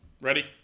ready